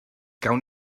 gawn